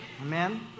Amen